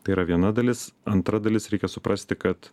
tai yra viena dalis antra dalis reikia suprasti kad